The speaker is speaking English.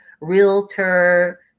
realtor